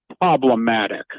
problematic